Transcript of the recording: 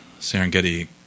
Serengeti